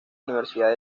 universidad